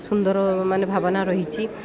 ସୁନ୍ଦର ମାନେ ଭାବନା ରହିଛି